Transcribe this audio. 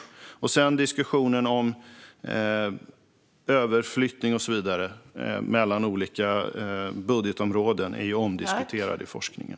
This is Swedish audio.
När det gäller diskussionen om överflyttning mellan olika budgetområden är detta omdiskuterat i forskningen.